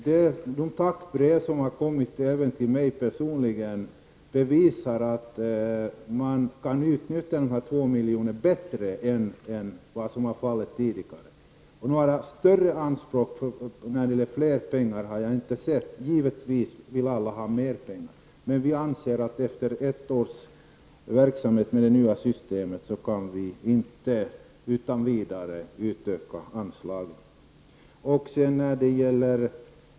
De tackbrev som har kommit — även till mig personligen — bevisar att man kan utnyttja dessa 2 miljoner bättre än vad som varit fallet tidigare. Större anspråk när det gäller mera pengar har jag inte sett. Givetvis vill alla ha mer pengar. Vi anser att vi efter endast ett års verksamhet med det nya systemet inte kan utan vidare utöka anslagen.